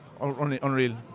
unreal